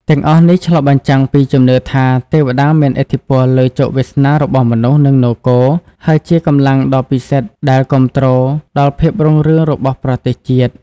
ទាំងអស់នេះឆ្លុះបញ្ចាំងពីជំនឿថា ទេពតាមានឥទ្ធិពលលើជោគវាសនារបស់មនុស្ស និងនគរ ហើយជាកម្លាំងដ៏ពិសិដ្ឋដែលគាំទ្រដល់ភាពរុងរឿងរបស់ប្រទេសជាតិ។